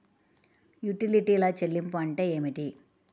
యుటిలిటీల చెల్లింపు అంటే ఏమిటి?